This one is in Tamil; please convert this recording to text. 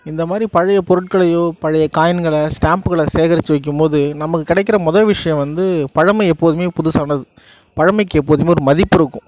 இந்த மாதிரி பழைய பொருட்களையோ பழைய காயின்களை ஸ்டாம்புங்களை சேகரித்து வைக்கும் போது நமக்கு கிடைக்கிற மொதல் விஷயம் வந்து பழமை எப்போதும் புதுசானது பழமைக்கு எப்போதும் ஒரு மதிப்பு இருக்கும்